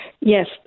Yes